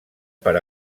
per